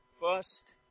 First